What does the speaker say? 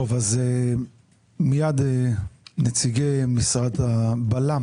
מיד נציגי משרד לביטחון